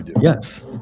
Yes